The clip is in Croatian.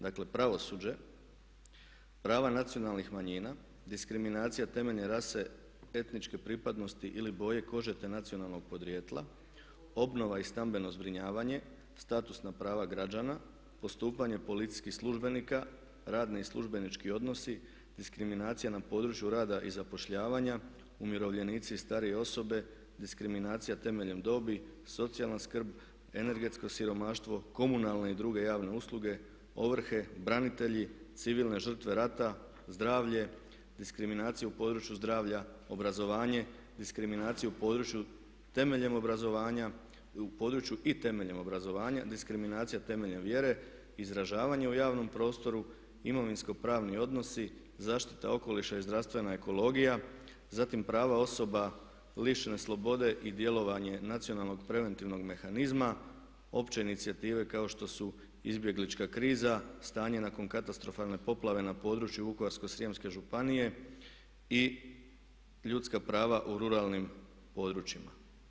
Dakle pravosuđe, prava nacionalnih manjina, diskriminacija temeljne rase etničke pripadnosti ili boje kože te nacionalnog podrijetla, obnova i stambeno zbrinjavanje, statusna prava građana, postupanje policijskih službenika, radni i službenički odnosi, diskriminacija na području rada i zapošljavanja, umirovljenici i starije osobe, diskriminacija temeljem dobi, socijalna skrb, energetsko siromaštvo, komunalne i druge javne usluge, ovrhe, branitelji, civilne žrtve rata, zdravlje, diskriminacije u području zdravlja, obrazovanje, diskriminacije u području i temeljem obrazovanja, diskriminacija temeljem vjere, izražavanje u javnom prostoru, imovinsko pravni odnosi, zaštita okoliša i zdravstvena ekologija, zatim prava osoba lišenih slobode i djelovanje Nacionalnog preventivnog mehanizma, opće inicijative kao što su izbjeglička kriza, stanje nakon katastrofalne poplave na području Vukovarsko-srijemske županije i ljudska prava u ruralnim područjima.